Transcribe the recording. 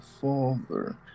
father